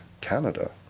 Canada